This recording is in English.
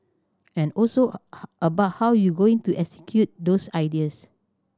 and also about how you going to execute those ideas